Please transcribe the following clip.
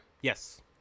Yes